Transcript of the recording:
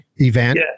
event